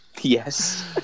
Yes